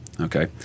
okay